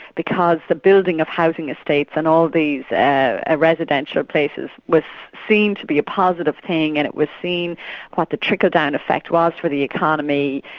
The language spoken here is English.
because the building of housing estates and all these ah residential places which seemed to be positive thing and it was seen what the trickle-down effect was for the economy.